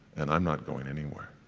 and i'm not going anywhere.